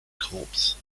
corpse